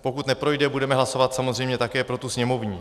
Pokud neprojde, budeme hlasovat samozřejmě také pro tu sněmovní.